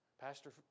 Pastor